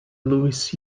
lewis